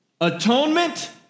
Atonement